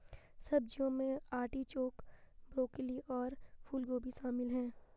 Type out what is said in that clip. सब्जियों में artichoke, broccoli और फूलगोभी शामिल है